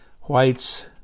Whites